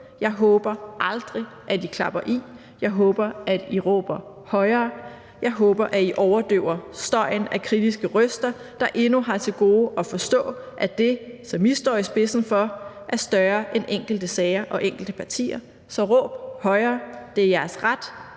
Jeg håber aldrig, at I klapper i. Jeg håber, at I råber højere. Jeg håber, at I overdøver støjen af kritiske røster, der endnu har til gode at forstå, at det, I står i spidsen for, er større end enkelte sager og enkelte partier. Så råb højere! Det er jeres ret,